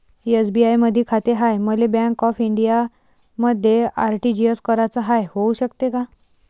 SBI मधी खाते हाय, मले बँक ऑफ इंडियामध्ये आर.टी.जी.एस कराच हाय, होऊ शकते का?